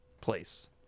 Place